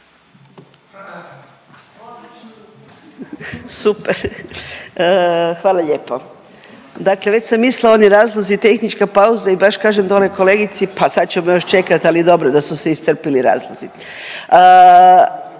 Super. Hvala lijepo. Dakle, već sam mislila oni razlozi tehnička pauza i baš kažem dole kolegici pa sad ćemo još čekat, ali dobro da su se iscrpili razlozi.